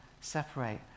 separate